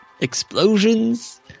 explosions